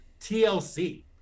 TLC